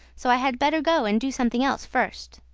so i had better go and do something else first.